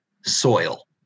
soil